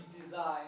Design